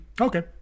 okay